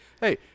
hey